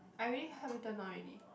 I already help you turn on already